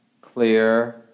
clear